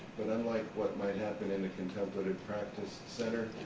but unlike what might happen in a contemplative practice center,